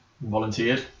Volunteered